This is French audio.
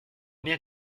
bien